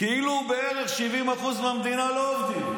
כאילו בערך 70% מהמדינה לא עובדים.